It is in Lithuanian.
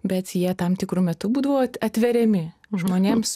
bet jie tam tikru metu būdavo atveriami žmonėms